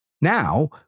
Now